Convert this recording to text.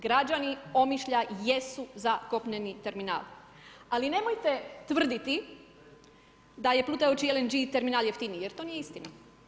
Građani Omišlja jesu za kopneni terminal, ali nemojte tvrditi da je plutajući LNG terminal jeftiniji jer to nije istina.